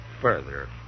further